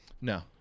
No